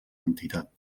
entitat